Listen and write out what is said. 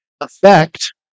effect